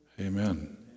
Amen